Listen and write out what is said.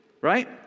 right